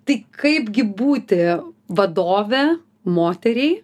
tai kaipgi būti vadove moteriai